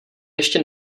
ještě